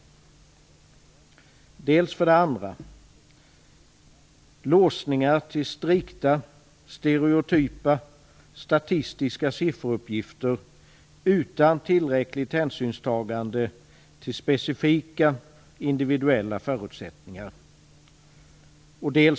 För det andra kommer det att finnas låsningar till strikta stereotypa statistiska sifferuppgifter utan tillräckligt hänsynstagande till specifika individuella förutsättningar.